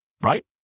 right